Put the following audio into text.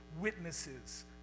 witnesses